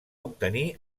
obtenir